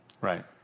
Right